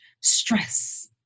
stress